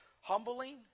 humbling